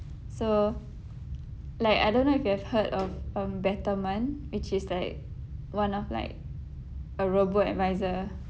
so like I don't know if you've heard of um Betterment which is like one of like a robo adviser